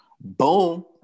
Boom